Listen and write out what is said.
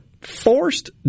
forced